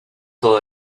todo